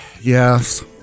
Yes